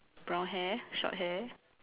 brown hair short hair